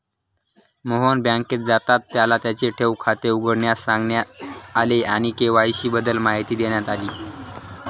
मोहन बँकेत जाताच त्याला त्याचे ठेव खाते उघडण्यास सांगण्यात आले आणि के.वाय.सी बद्दल माहिती देण्यात आली